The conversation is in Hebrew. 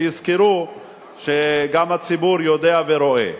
שיזכרו שגם הציבור יודע ורואה.